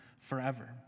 forever